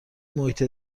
محیط